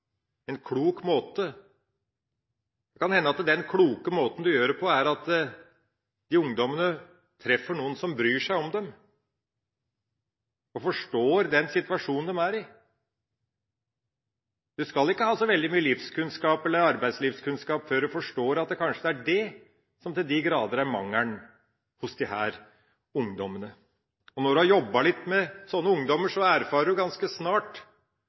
en klok måte. Det kan hende at den «kloke måten» er at de ungdommene treffer noen som bryr seg om dem, og som forstår den situasjonen de er i. Du skal ikke ha så veldig mye livskunnskap eller arbeidslivskunnskap før du forstår at det kanskje er dét som til de grader er mangelen for disse ungdommene. Når du har jobbet litt med sånne ungdommer, så erfarer du ganske snart